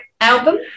album